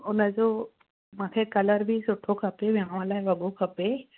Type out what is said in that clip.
उनजो मूंखे कलर बि सुठो खपे वियांव लाइ वॻो खपे